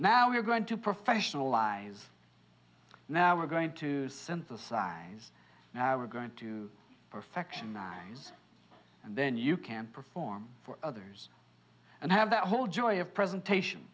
now we're going to professionalize now we're going to synthesize now we're going to perfection nine days and then you can perform for others and i have that whole joy of presentation